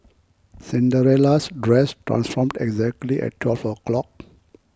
Cinderella's dress transformed exactly at twelve o'clock